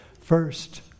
First